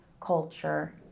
culture